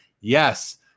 Yes